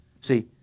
see